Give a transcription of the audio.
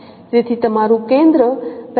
તેથી તમારું કેન્દ્ર સ્વરૂપમાં હોય